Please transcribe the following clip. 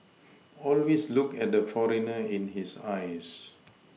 always look at the foreigner in his eyes